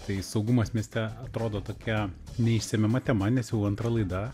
tai saugumas mieste atrodo tokia neišsemiama tema nes jau antra laida